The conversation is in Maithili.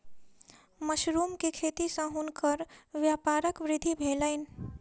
मशरुम के खेती सॅ हुनकर व्यापारक वृद्धि भेलैन